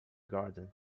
garden